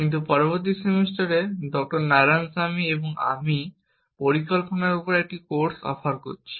কিন্তু পরবর্তী সেমিস্টারে ডঃ নারায়ণ স্বামী এবং আমি পরিকল্পনার উপর একটি কোর্স অফার করছি